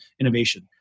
innovation